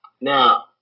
now